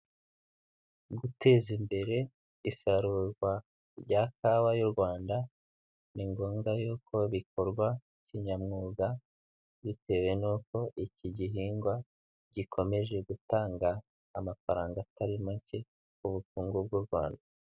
Guteza imbere isarurwa rya kawa y'u Rwanda ni ngombwa y'uko bikorwa kinyamwuga, bitewe n'uko iki gihingwa gikomeje gutanga amafaranga atari make ku bukungu bw’u Rwanda.